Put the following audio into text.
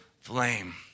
flame